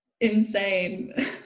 Insane